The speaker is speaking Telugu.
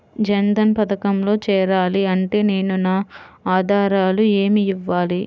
జన్ధన్ పథకంలో చేరాలి అంటే నేను నా ఆధారాలు ఏమి ఇవ్వాలి?